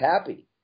happy